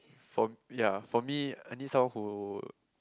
for ya for me I need someone who